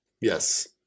Yes